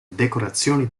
decorazioni